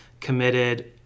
committed